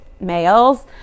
males